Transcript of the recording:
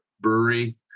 brewery